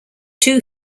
two